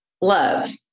love